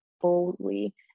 boldly